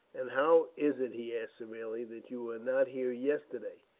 and how is it, he asked severely, that you were not here yesterday?